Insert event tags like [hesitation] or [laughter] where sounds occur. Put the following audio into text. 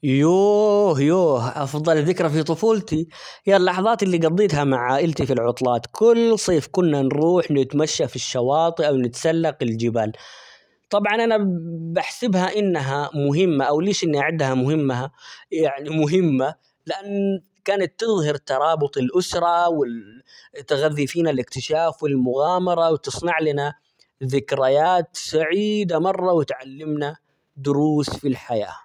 يووه يوه أفضل ذكرى في طفولتي هي اللحظات اللي قضيتها مع عائلتي في العطلات كل صيف كنا نروح نتمشى في الشواطئ ،ونتسلق الجبال طبعًا أنا [hesitation] بحسبها إنها مهمة ، أو ليش إني أعدها مهمة يعني مهمة؟ لأن كانت تظهر ترابط الاسرة، [hesitation] تغذي فينا الاكتشاف ،والمغامرة وتصنع لنا ذكريات سعييدة مرة ،وتعلمنا دروس في الحياة.